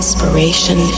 Inspiration